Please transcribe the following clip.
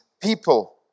people